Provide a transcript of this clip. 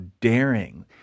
daring